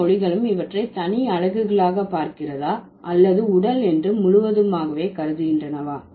எல்லா மொழிகளும் இவற்றை தனி அலகுகளாக பார்க்கிறதா அல்லது உடல் என்று முழுவதுமாகவே கருதுகின்றன